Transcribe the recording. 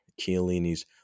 Chiellini's